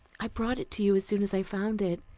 i brought it to you as soon as i found it,